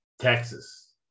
Texas